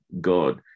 God